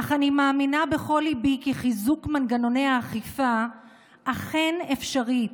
אך אני מאמינה בכל ליבי כי חיזוק מנגנוני האכיפה אכן אפשרי,